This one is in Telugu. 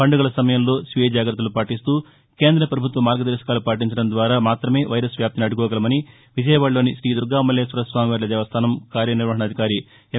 పండుగల సమయంలో స్వీయ జాగ్రత్తలు పాటిస్తూ కేంద్ర ప్రభుత్వ మార్గదర్శకాలు పాటించడం ద్వారా మాత్రమే వైరస్ వ్యాప్తిని అడ్లుకోగలమని విజయవాడలోని శ్రీ దుర్గామల్లేశ్వర స్వామివార్ల దేవస్థానం కార్యనిర్వహణాధికారి ఎం